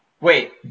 Wait